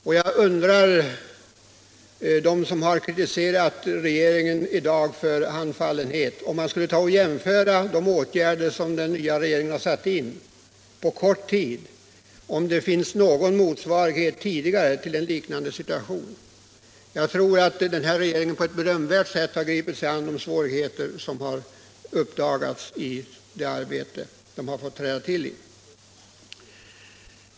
Jag skulle vilja fråga dem som i dag har kritiserat regeringen för undfallenhet om det från någon liknande situation tidigare finns någon motsvarighet till de åtgärder som den nya regeringen på kort tid har satt in. Jag tycker att regeringen på ett berömvärt och snabbt sätt gripit sig an de svårigheter som har uppdagats i arbetet sedan den trädde till.